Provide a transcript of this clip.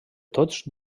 tots